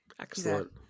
excellent